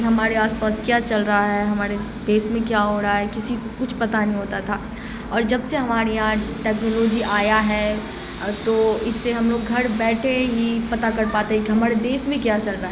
ہمارے آس پاس کیا چل رہا ہے ہمارے دیش میں کیا ہو رہا ہے کسی کو کچھ پتا نہیں ہوتا تھا اور جب سے ہمارے یہاں ٹکنالوجی آیا ہے تو اس سے ہم لوگ گھر بیٹھے ہی پتا کر پاتے کہ ہمارے دیش میں کیا چل رہا ہے